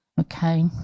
okay